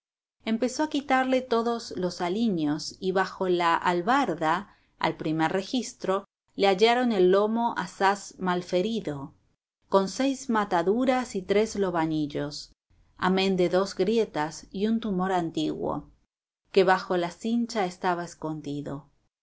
empezó a quitarle todos los aliños y bajo la albarda al primer registro le hallaron el lomo asaz malferido con seis mataduras y tres lobanillos amén de dos grietas y un tumor antiguo que bajo la cincha estaba escondido